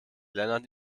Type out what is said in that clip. lennart